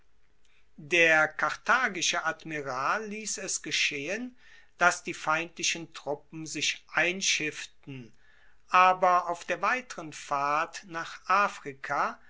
der karthagische admiral liess es geschehen dass die feindlichen truppen sich einschifften aber auf der weiteren fahrt nach afrika